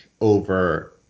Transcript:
over